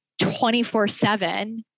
24-7